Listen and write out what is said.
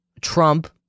Trump